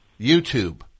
YouTube